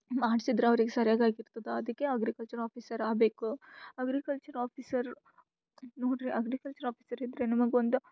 ಮಾಡ್ಸಿದ್ರೆ ಅವ್ರಿಗೆ ಸರ್ಯಾಗಿ ಆಗಿರ್ತದೆ ಅದ್ಕೆ ಅಗ್ರಿಕಲ್ಚರ್ ಆಫೀಸರ್ ಆಗಬೇಕು ಅಗ್ರಿಕಲ್ಚರ್ ಆಫೀಸರ್ ನೋಡ್ರೆ ಅಗ್ರಿಕಲ್ಚರ್ ಆಫೀಸರ್ ಇದ್ರೆ ನಿಮಗೊಂದು